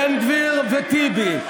בן גביר וטיבי.